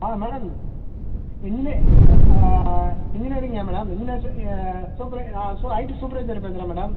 ஆ madam இன்ஜினே இன்ஜினியரிங்கா madam engineers சூப்பர்வை நான் சூ ஐடி சூப்பர்வைசர் பேசுகிறேன் மேடம்